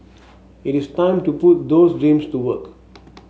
it is time to put those dreams to work